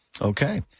Okay